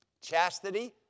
chastity